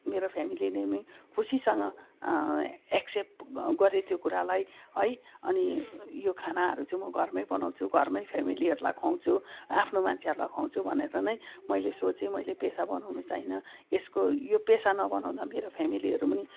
मेरो फेमेलीले नै खुसीसँग एक्सेप गरे त्यो कुरालाई है अनि यो खानाहरू चाहिँ म घरमै बनाउँछु घरमै फेमेलीहरूलाई ख्वाउँछु आफ्नो मान्छेहरूलाई ख्वाउँछु भनेर नै मैले सोचेँ मैले पेसा बनाउन चाहिनँ यसको यो पेसा नबनाउँदा मेरो फेमेलीहरू पनि